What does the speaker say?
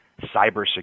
cybersecurity